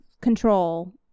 control